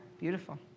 beautiful